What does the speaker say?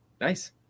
Nice